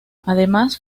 además